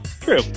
True